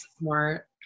more